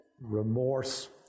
remorse